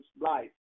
life